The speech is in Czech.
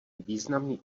významný